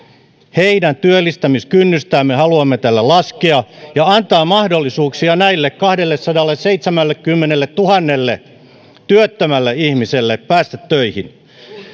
heidän työllistämiskynnystään me haluamme tällä laskea ja antaa mahdollisuuksia näille kahdellesadalleseitsemällekymmenelletuhannelle työttömälle ihmiselle päästä töihin